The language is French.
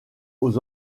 aux